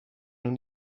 and